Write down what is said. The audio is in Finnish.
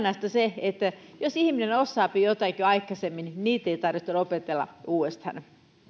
se että jos ihminen osaapi jotakin jo aikaisemmin niitä ei tarvitse opetella uudestaan